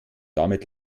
damit